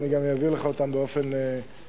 ואני גם אעביר לך אותן באופן מסודר,